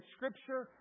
Scripture